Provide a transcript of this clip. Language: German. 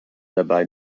dabei